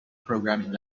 programming